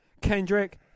Kendrick